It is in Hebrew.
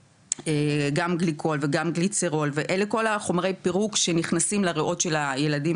גם גליקול וגם ליצרול ואלה כל חומרי הפירוק שנכנסים לריאות של הילדים,